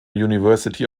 university